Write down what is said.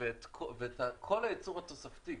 ואת כל הייצור התוספתי,